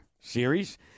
series